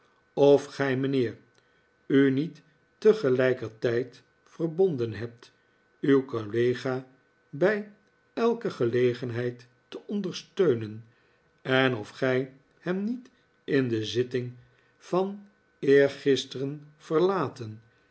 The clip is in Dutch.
of gij mijnheer u niet tegelijkertijd verbonden hebt uw collega bij elke gelegenheid te ondersteunen en of gij hem niet in de zitting van eergisteren verlaten